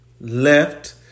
left